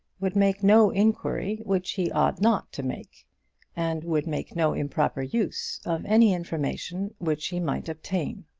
would make no inquiry which he ought not to make and would make no improper use of any information which he might obtain.